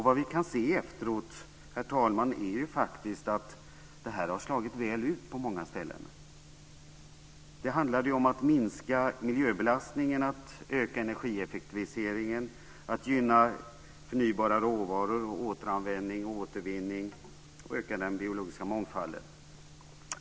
Vad vi kan se efteråt, herr talman, är att detta har slagit väl ut på många ställen. Det handlade om att minska miljöbelastningen, att öka energieffektiviseringen, att gynna förnybara råvaror, återanvändning, återvinning och öka den biologiska mångfalden.